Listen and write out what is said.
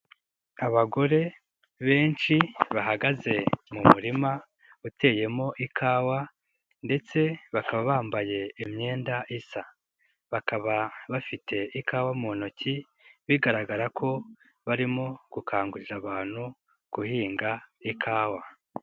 Abagore benshi bahagaze mu murima uteyemo ikawa ndetse bakaba bambaye imyenda isa, bakaba bafite ikawa mu ntoki bigaragara ko barimo gukangurira abantu guhinga ikawa.